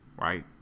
right